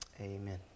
Amen